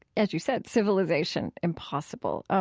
as you said, civilization impossible.